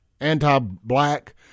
anti-black